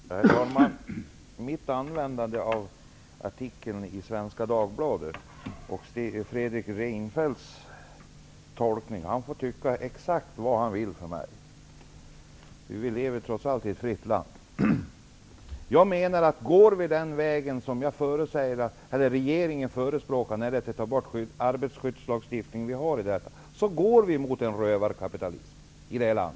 Herr talman! När det gäller mitt användande av artikeln i Svenska Dagbladet och Fredrik Reinfeldts tolkning får han för min del tycka exakt vad han vill. Vi lever trots allt i ett fritt land. Går vi den väg som regeringen förespråkar och tar bort den arbetsskyddslagstiftning som vi har i detta land går vi mot en rövarkapitalism.